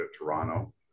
Toronto